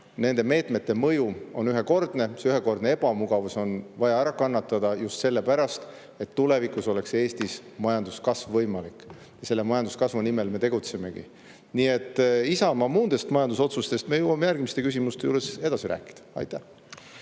Nende meetmete mõju on ühekordne ja see ühekordne ebamugavus on vaja ära kannatada just sellepärast, et tulevikus oleks Eestis majanduskasv võimalik. Selle majanduskasvu nimel me tegutsemegi. Isamaa muudest majandusotsustest me jõuame järgmiste küsimuste juures edasi rääkida. Aitäh!